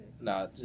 Nah